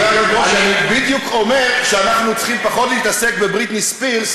אני בדיוק אומר שאנחנו צריכים פחות להתעסק בבריטני ספירס